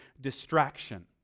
distraction